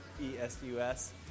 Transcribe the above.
E-S-U-S